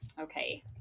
okay